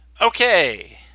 okay